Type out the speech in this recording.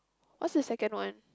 what's the second one